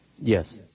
Yes